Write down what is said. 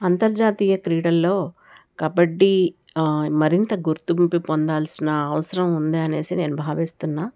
అంతర్జాతీయ క్రీడల్లో కబడ్డీ మరింత గుర్తింపు పొందాల్సిన అవసరం ఉంది అనేసి నేను భావిస్తున్న